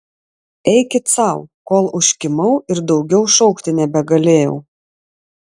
eikit sau kol užkimau ir daugiau šaukti nebegalėjau